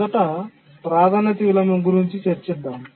మొదట ప్రాధాన్యత విలోమం గురించి చర్చిద్దాం